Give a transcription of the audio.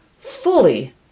fully